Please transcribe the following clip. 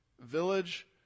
Village